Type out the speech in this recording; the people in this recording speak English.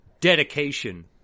dedication